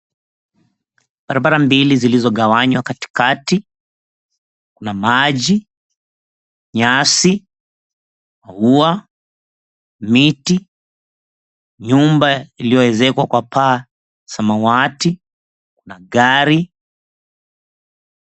Barabara mbili zilizogawanywa katikati, kuna maji, nyasi, maua, miti, nyumba iliyoezekwa kwa paa samawati, kuna gari.